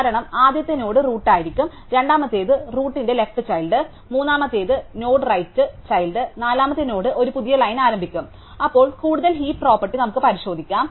കാരണം ആദ്യത്തെ node root ആയിരിക്കും രണ്ടാമത്തേത് റൂട്ട് ലെഫ്റ് ചൈൽഡ് മൂന്നാമത്തെ നോഡ് റൈറ്റ് ചൈൽഡ് നാലാമത്തെ നോഡ് ഒരു പുതിയ ലൈൻ ആരംഭിക്കും അപ്പോൾ കൂടുതൽ ഹീപ്പ് പ്രോപ്പർട്ടി നമുക്ക് പരിശോധിക്കാം